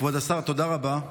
כבוד השר, תודה רבה.